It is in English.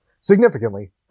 Significantly